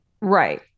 Right